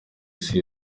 isi